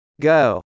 Go